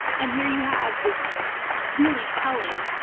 and here, you have this really telling